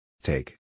Take